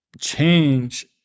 change